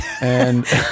and-